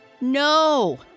No